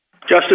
Justice